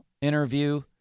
interview